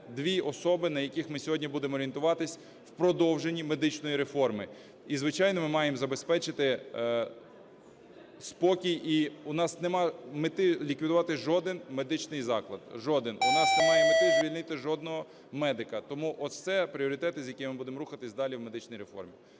дві особи, на яких ми сьогодні будемо орієнтуватися в продовженні медичної реформи. І, звичайно, ми маємо забезпечити спокій, і у нас нема мети ліквідувати жоден медичний заклад. Жоден. У нас немає мети звільнити жодного медика, тому ось це – пріоритети, з якими ми будемо рухатися далі в медичні реформи.